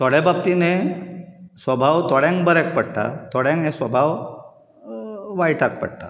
थोड्या बाबतींत हें सभाव थोड्यांक बऱ्याक पडटा थोड्यांक हे सभाव वायटाक पडटा